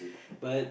but